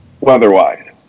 weather-wise